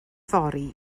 fory